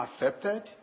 accepted